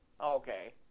Okay